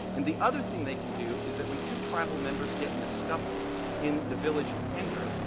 and the other thing they can do is that, when two tribal members get in a scuffle in the village of pender,